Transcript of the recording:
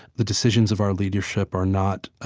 the decisions of our leadership are not, ah